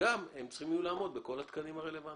לעמוד בכל התקנים הרלוונטיים.